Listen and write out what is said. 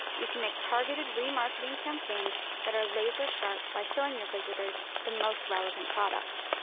you can make targeted remarketing campaigns that are laser sharp by showing your visitors the most relevant products.